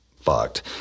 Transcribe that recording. fucked